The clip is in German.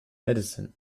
medicine